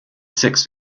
sixth